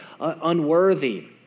unworthy